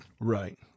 Right